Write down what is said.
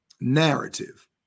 narrative